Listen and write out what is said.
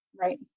Right